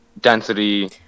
density